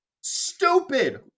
Stupid